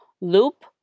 loop